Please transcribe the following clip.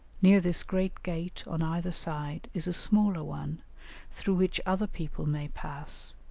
near this great gate on either side is a smaller one through which other people may pass,